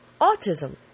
autism